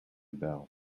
bell